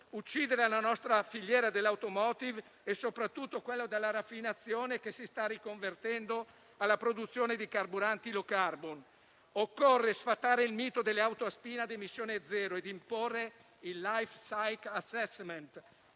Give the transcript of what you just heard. uccidere la nostra filiera dell'*automotive* e soprattutto quella della raffinazione, che si sta riconvertendo alla produzione di carburanti *low carbon.* Occorre sfatare il mito delle auto a spina ad emissione zero ed imporre il *life cycle assessment*